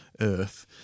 Earth